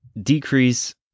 decrease